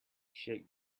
shake